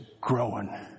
growing